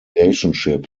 relationship